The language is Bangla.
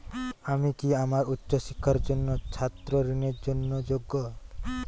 আমি কি আমার উচ্চ শিক্ষার জন্য ছাত্র ঋণের জন্য যোগ্য?